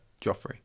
Joffrey